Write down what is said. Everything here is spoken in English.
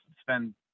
spend